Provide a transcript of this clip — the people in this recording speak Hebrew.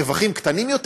רווחים קטנים יותר,